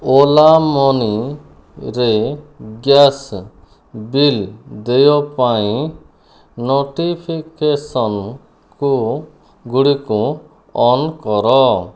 ଓଲା ମନିରେ gas bill ଦେୟ ପାଇଁ ନୋଟିଫିକେସନ୍କୁଗୁଡ଼ିକୁ ଅନ୍ କର